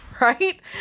right